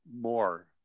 more